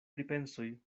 pripensoj